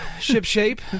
ship-shape